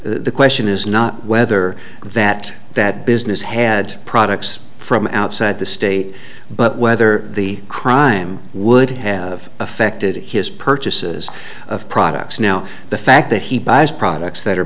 the question is not whether that that business had products from outside the state but whether the crime would have affected his purchases of products now the fact that he buys products that are